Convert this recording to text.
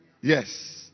Yes